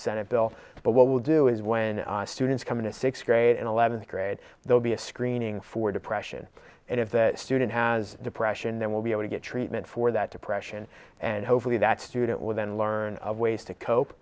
senate bill but what we'll do is when students come in a sixth grade and eleventh grade they'll be a screening for depression and if that student has depression then we'll be able to get treatment for that depression and hopefully that student with and learn of ways to cope